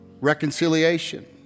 reconciliation